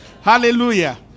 Hallelujah